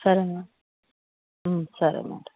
సరేమ సరే మేడం